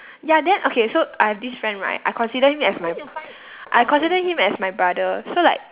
ya then okay so I have this friend right I consider him as my I consider him as my brother so like